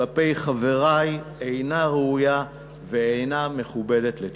כלפי חברי אינה ראויה ואינה מכובדת, לתפיסתי.